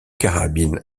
carabines